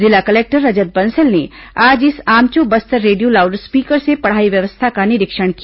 जिला कलेक्टर रजत बंसल ने आज इस Aamcho Bastar radio loud speaker से पढ़ाई व्यवस्था का निरीक्षण किया